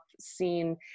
scene